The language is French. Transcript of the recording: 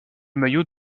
maillot